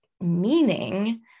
meaning